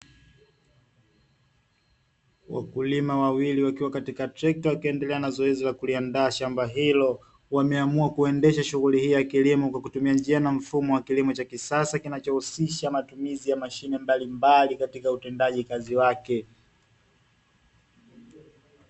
Wakulima wawili wakiwa katika trekta wakiendelea na zoezi la kuliandaa shamba hilo wameamua kuendesha shughuli hii ya kilimo kwa kutumia njia na mfumo wa kilimo cha kisasa kinachohusisha matumizi ya mashine mbalimbali katika utendaji kazi wake.